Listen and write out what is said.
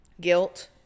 guilt